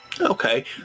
Okay